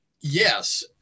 yes